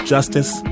Justice